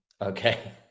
Okay